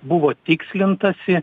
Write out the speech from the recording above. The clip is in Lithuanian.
buvo tikslintasi